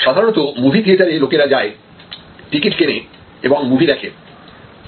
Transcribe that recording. সাধারণত মুভি থিয়েটারে লোকেরা যায় টিকিট কেনে এবং মুভি দেখে